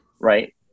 right